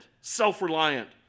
self-reliant